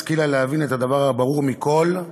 השכילה להבין את הדבר הברור מכול,